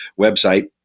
website